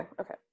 okay